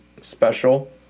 special